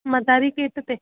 मदारी gate ते